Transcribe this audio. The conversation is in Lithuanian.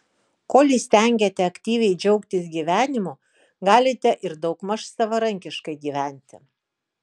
kol įstengiate aktyviai džiaugtis gyvenimu galite ir daugmaž savarankiškai gyventi